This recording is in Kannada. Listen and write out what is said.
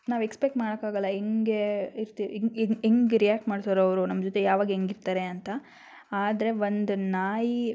ನಾವು ಎಕ್ಸ್ಪೆಕ್ಟ್ ಮಾಡೋಕ್ಕಾಗಲ್ಲ ಹಿಂಗೇ ಇರ್ತಿ ಹಿಂಗ್ ರಿಯಾಕ್ಟ್ ಮಾಡ್ತಾರವರು ನಮ್ಮ ಜೊತೆ ಯಾವಾಗ ಹೆಂಗೆ ಇರ್ತಾರೆ ಅಂತ ಆದರೆ ಒಂದು ನಾಯಿ